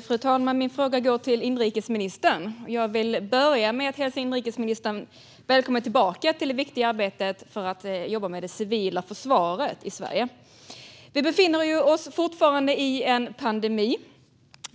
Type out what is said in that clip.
Fru talman! Min fråga går till inrikesministern. Jag vill börja med att hälsa inrikesministern välkommen tillbaka till det viktiga arbetet med att jobba med det civila försvaret i Sverige. Vi befinner oss fortfarande i en pandemi.